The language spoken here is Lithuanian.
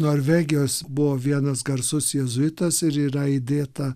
norvegijos buvo vienas garsus jėzuitas ir yra įdėta